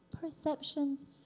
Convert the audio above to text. Perceptions